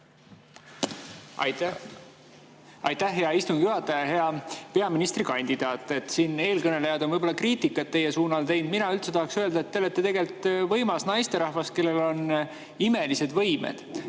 palun! Aitäh, hea istungi juhataja! Hea peaministrikandidaat! Siin eelkõnelejad on kriitikat teie suunal teinud. Mina tahaks öelda, et te olete tegelikult võimas naisterahvas, kellel on imelised võimed.